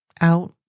out